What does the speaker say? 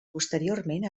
posteriorment